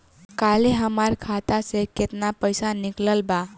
काल्हे हमार खाता से केतना पैसा निकलल बा?